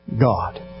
God